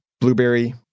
Blueberry